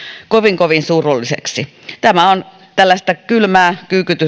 kovin kovin surulliseksi tämä on tällaista kylmää